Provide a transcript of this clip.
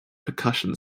percussion